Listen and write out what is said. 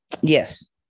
Yes